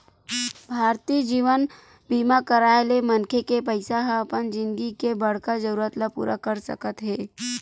भारतीय जीवन बीमा कराय ले मनखे के पइसा ह अपन जिनगी के बड़का जरूरत ल पूरा कर सकत हे